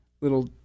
little